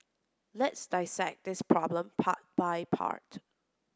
let's dissect this problem part by part